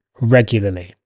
regularly